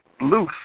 loose